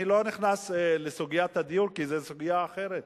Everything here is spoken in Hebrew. אני לא נכנס לסוגיית הדיור, כי זאת סוגיה אחרת,